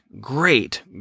great